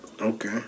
Okay